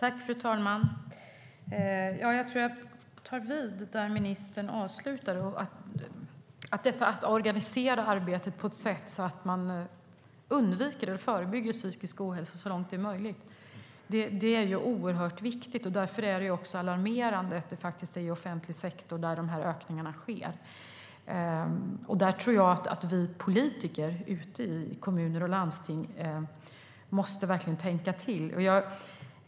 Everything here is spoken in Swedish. Fru talman! Jag tror att jag ska ta vid där ministern slutade. Att organisera arbetet på ett sådant sätt att man undviker eller förebygger psykisk ohälsa så långt det är möjligt är oerhört viktigt. Därför är det alarmerande att det är i offentlig sektor som ökningarna sker. Där tror jag att vi politiker i kommuner och landsting verkligen måste tänka till.